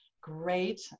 Great